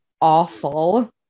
awful